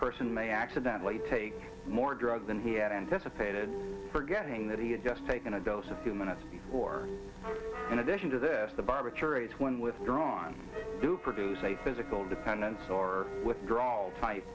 person may accidentally take more drugs than he had anticipated forgetting that he had just taken a dose a few minutes or in addition to this the barbiturates when withdrawn do produce a physical dependence or withdrawal type